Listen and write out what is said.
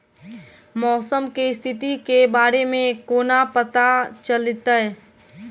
मौसम केँ स्थिति केँ बारे मे कोना पत्ता चलितै?